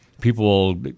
People